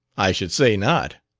i should say not!